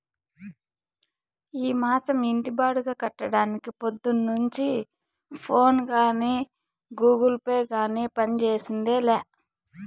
ఈ మాసం ఇంటి బాడుగ కట్టడానికి పొద్దున్నుంచి ఫోనే గానీ, గూగుల్ పే గానీ పంజేసిందేలా